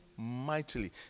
Mightily